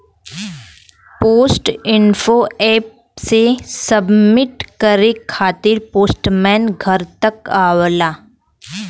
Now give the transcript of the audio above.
post info app से submit करे खातिर पोस्टमैन घर तक आवला